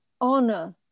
honor